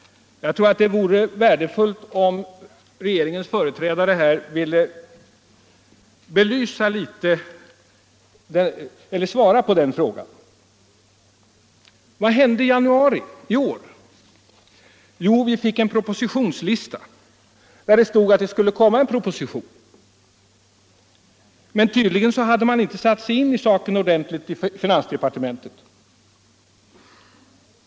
Jag tror att det vore värdefullt om regeringens företrädare här ville svara på den frågan. Vad hände i januari i år? Jo, vi fick en propositionslista, där det stod att det skulle komma en proposition i den här frågan. Men tydligen hade man inte satt sig in i saken ordentligt i finansdepartementet.